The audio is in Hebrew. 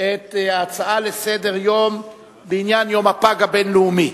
את ההצעה לסדר-היום בעניין יום הפג הבין-לאומי.